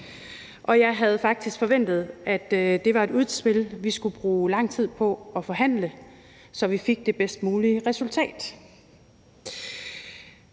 og jeg havde faktisk forventet, at det var et udspil, vi skulle bruge lang tid på at forhandle, så vi fik det bedst mulige resultat.